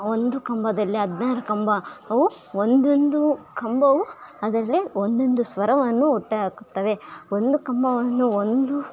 ಒಂದು ಕಂಬದಲ್ಲಿ ಹದಿನಾರು ಕಂಬ ಅವು ಒಂದೊಂದು ಕಂಬವು ಅದರಲ್ಲಿ ಒಂದೊಂದು ಸ್ವರವನ್ನು ಹುಟ್ಟು ಹಾಕುತ್ತವೆ ಒಂದು ಕಂಬವನ್ನು ಒಂದು